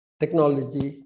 technology